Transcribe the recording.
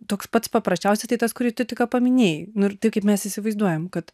toks pats paprasčiausiai tas kurį tik ką paminėjau nu ir tai kaip mes įsivaizduojam kad